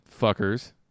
fuckers